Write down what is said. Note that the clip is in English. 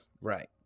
Right